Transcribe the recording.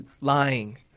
lying